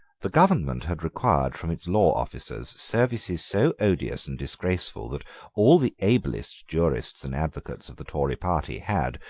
the government had required from its law officers services so odious and disgraceful that all the ablest jurists and advocates of the tory party had,